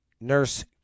nurse